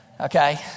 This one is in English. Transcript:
okay